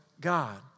God